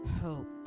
hope